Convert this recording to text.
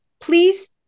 please